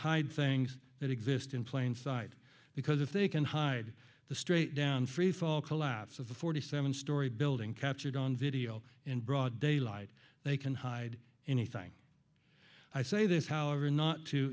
hide things that exist in plain sight because if they can hide the straight down freefall collapse of the forty seven story building captured on video in broad daylight they can hide anything i say this however not to